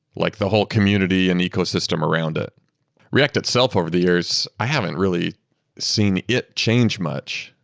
like the whole community and ecosystem around it react itself over the years, i haven't really seen it change much.